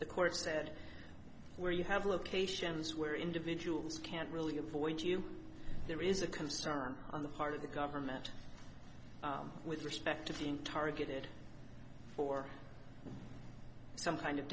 the court said where you have locations where individuals can't really avoid you there is a concern on the part of the government with respect to being targeted for some kind of